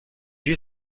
you